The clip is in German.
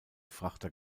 frachter